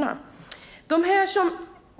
När det finns människor som